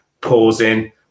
pausing